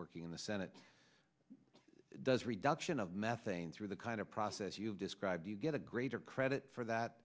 working in the senate does reduction of methane through the kind of process you've described you get a greater credit for that